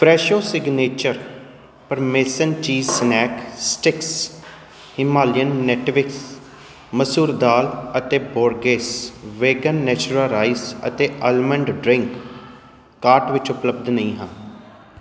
Fresho signature parmesan cheese snack sticks Himalayan natives ਮਸੂਰ ਦਾਲ ਅਤੇ ਬੋਰਗੇਸ ਵੇਗਨ ਨੈਚੁਰਾ ਰਾਈਸ ਅਤੇ ਅਲਮੰਡ ਡਰਿੰਕ ਕਾਰਟ ਵਿੱਚ ਉਪਲਬਧ ਨਹੀਂ ਹਨ